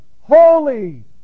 Holy